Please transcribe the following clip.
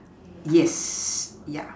yes yeah